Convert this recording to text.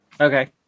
Okay